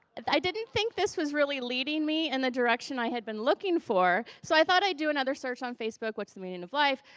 i didn't think this was really leading me in and the direction i had been looking for. so, i thought i'd do another search on facebook, what's the meaning of life?